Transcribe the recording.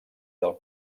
del